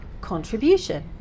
contribution